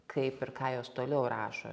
kaip ir ką jos toliau rašo